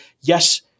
Yes